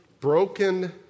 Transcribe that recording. Broken